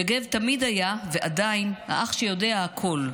יגב תמיד היה, ועדיין, האח שיודע הכול,